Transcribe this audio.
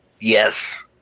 Yes